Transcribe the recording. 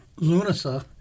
Lunasa